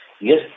Yes